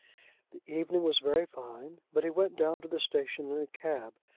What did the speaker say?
the evening was very fine, but he went down to the station in a cab,